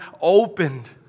opened